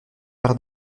par